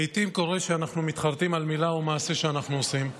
לעיתים קורה שאנחנו מתחרטים על מילה או מעשה שאנחנו עושים.